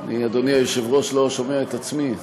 אדוני היושב-ראש, אני לא שומע את עצמי.